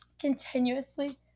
continuously